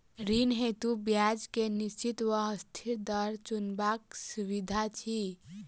ऋण हेतु ब्याज केँ निश्चित वा अस्थिर दर चुनबाक सुविधा अछि